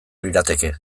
lirateke